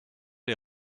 les